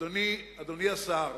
אדוני השר,